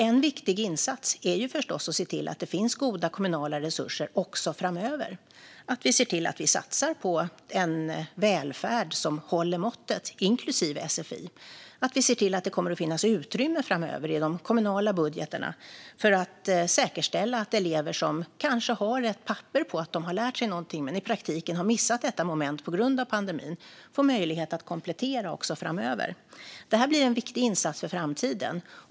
En viktig insats är förstås att se till att det finns goda kommunala resurser också framöver. Vi ska se till att vi satsar på en välfärd som håller måttet, inklusive sfi. Vi ska se till att det kommer att finnas utrymme framöver i de kommunala budgetarna för att säkerställa att elever som kanske har ett papper på att de har lärt sig någonting men som i praktiken har missat detta moment på grund av pandemin får möjlighet att komplettera framöver. Det här blir en viktig insats för framtiden.